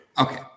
Okay